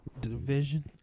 division